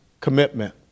commitment